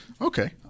Okay